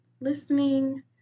listening